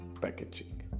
packaging